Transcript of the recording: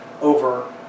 over